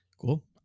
Cool